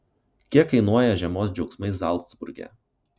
kiek kainuoja žiemos džiaugsmai zalcburge